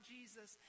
Jesus